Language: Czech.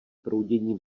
proudění